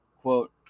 Quote